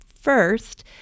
first